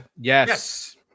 Yes